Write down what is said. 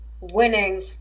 winning